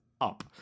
up